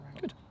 Good